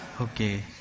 okay